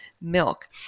milk